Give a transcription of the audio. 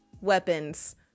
weapons